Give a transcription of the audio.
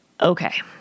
Okay